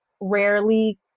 rarely